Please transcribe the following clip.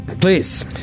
Please